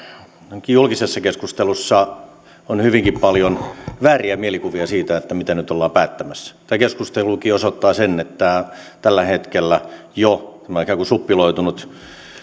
ainakin julkisessa keskustelussa on hyvinkin paljon vääriä mielikuvia siitä mitä nyt ollaan päättämässä tämäkin keskustelu osoittaa sen että jo tällä hetkellä tämä on ikään kuin suppiloitunut